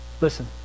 Listen